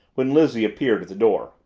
when lizzie appeared at the door.